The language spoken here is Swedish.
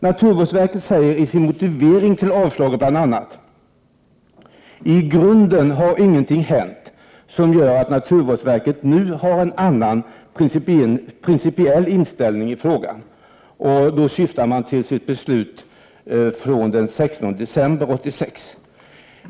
Naturvårdsverket säger i sin motivering till avslaget bl.a.: ”I grunden har ingenting hänt som gör att naturvårdsverket nu har en annan principiell inställning i frågan.” — Detta syftar på beslutet om avslag den 16 december 1986.